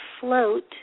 float